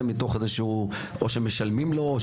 או שמשלמים לו.